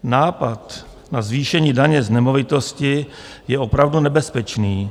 Nápad na zvýšení daně z nemovitosti je opravdu nebezpečný.